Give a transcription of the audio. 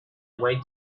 way